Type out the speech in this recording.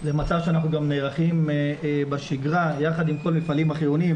זה מצב שאנחנו גם נערכים אליו בשגרה יחד עם כל המפעלים החיוניים,